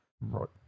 Right